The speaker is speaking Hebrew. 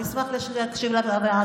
אני אשמח להקשיב לדעה שלך.